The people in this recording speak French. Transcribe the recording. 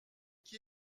qui